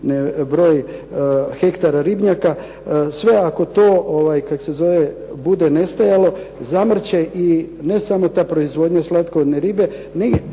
broj hektara ribnjaka, sve ako to, kako se zove, bude nestajalo zamrt će i ne samo ta proizvodnja slatkovodne ribe,